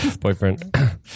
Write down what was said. boyfriend